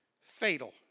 fatal